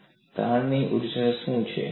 અને તાણની ઊર્જા શું છે